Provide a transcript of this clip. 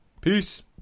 Peace